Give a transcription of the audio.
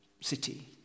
city